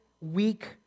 weak